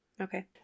Okay